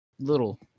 little